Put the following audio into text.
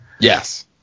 Yes